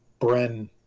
bren